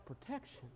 protection